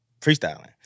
freestyling